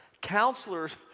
counselors